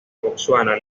botsuana